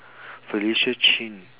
felicia chin